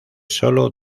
sólo